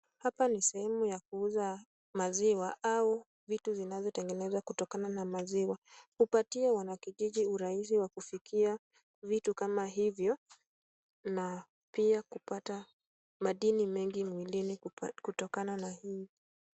Hapa ni sehemu ya kuuza maziwa au vitu zinazotengenezwa kutokana na maziwa. Kupatia wanakijiji urahisi wa kufikia vitu kama hivyo na pia kupata madini mengi mwilini kutokana na hii.